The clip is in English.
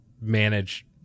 manage